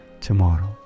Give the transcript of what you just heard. tomorrow